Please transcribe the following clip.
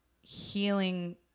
healing